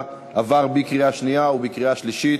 עבר בקריאה שנייה ובקריאה שלישית